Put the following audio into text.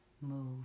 move